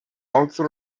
also